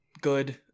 good